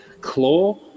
claw